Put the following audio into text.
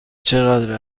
چقدر